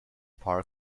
park